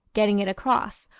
getting it across,